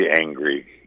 angry